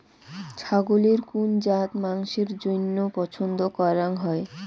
ছাগলের কুন জাত মাংসের জইন্য পছন্দ করাং হই?